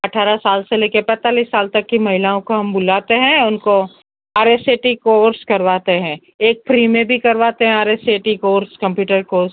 अठारह साल से लेके पैंतालीस साल तक की महिलाओं को हम बुलाते हैं उनको R S A T course करवाते हैं एक फ्री में भी करवाते हैं R S C A T course computer course